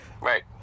right